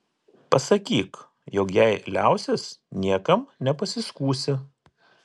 pasakyk jog jei liausis niekam nepasiskųsi